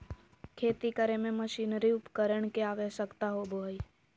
खेती करे में मशीनरी उपकरण के आवश्यकता होबो हइ